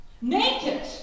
naked